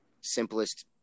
simplest